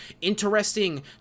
interesting